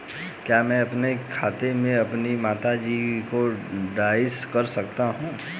क्या मैं अपने खाते में अपनी माता जी को जॉइंट कर सकता हूँ?